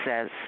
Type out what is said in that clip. says